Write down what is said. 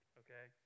okay